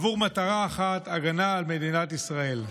עבור מטרה אחת, הגנה על מדינת ישראל.